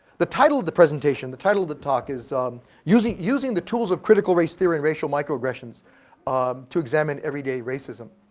the title of the presentation, the title of the talk is um using using the tools of critical race theory in racial microaggressions to examine everyday racism.